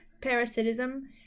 parasitism